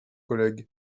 collègues